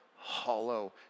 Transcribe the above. hollow